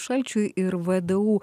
šalčiui ir vdu